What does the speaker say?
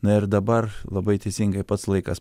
na ir dabar labai teisingai pats laikas